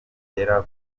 bigera